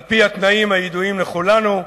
על-פי התנאים הידועים לכולנו,